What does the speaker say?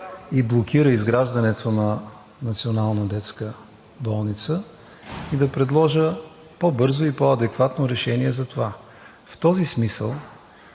и блокира изграждането на Национална детска болница, и да предложа по бързо и по-адекватно решение за това. В този смисъл